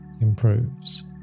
improves